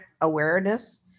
awareness